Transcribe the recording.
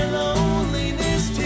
loneliness